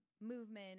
movement